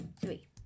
three